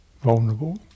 Vulnerable